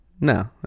no